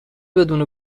بدون